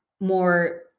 more